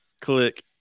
Click